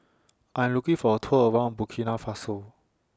I Am looking For A Tour around Burkina Faso